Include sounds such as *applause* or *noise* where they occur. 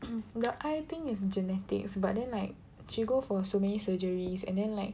*coughs* the eye thing is genetics but then like she go for so many surgeries and then like